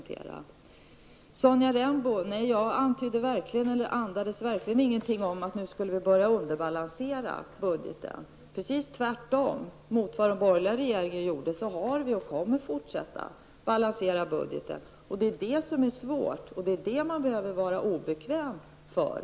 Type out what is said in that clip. Till Sonja Rembo vill jag säga att jag verkligen inte andades någonting om att vi nu skulle börja underbalansera budgeten. Precis tvärtemot vad den borgerliga regeringen gjorde har vi balanserat -- och kommer att fortsätta balansera -- budgeten. Det är det som är svårt, och det är det man behöver vara obekväm för.